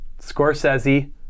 Scorsese